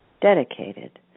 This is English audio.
dedicated